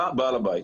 אתה בעל הבית.